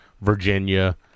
Virginia